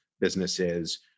businesses